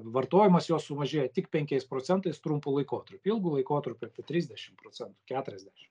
vartojimas jos sumažėjo tik penkiais procentais trumpu laikotarpiu ilgu laikotarpiu trisdešim procentų keturiasdešim